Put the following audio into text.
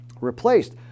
Replaced